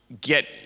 get